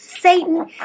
Satan